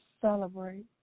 celebrate